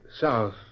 South